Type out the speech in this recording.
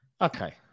Okay